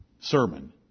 sermon